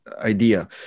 idea